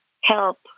help